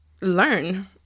learn